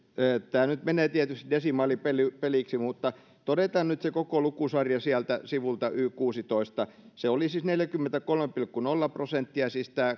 tämä nyt menee tietysti desimaalipeliksi mutta todetaan nyt se koko lukusarja sieltä sivulta y kuusitoista se oli siis neljäkymmentäkolme pilkku nolla prosenttia tämä